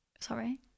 Sorry